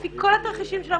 לפי כל התרחישים של המומחים,